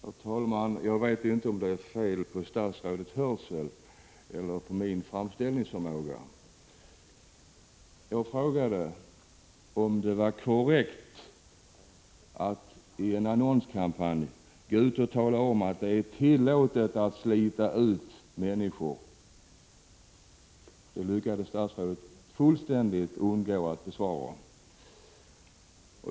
Herr talman! Jag vet inte om det är fel på statsrådets hörsel eller min framställningsförmåga. Jag frågade om det var korrekt att i en annonskampanj gå ut och tala om att det är tillåtet att slita ut människor i arbetet. Den frågan lyckades statsrådet fullständigt undgå att besvara.